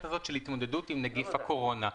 הזו של התמודדות עם נגיף הקורונה.